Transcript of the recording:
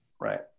right